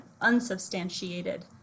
unsubstantiated